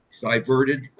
diverted